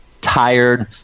tired